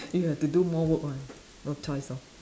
you have to do more work [one] no choice lor